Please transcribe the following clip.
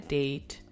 date